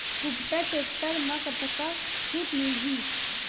कुबटा टेक्टर म कतका छूट मिलही?